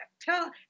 tell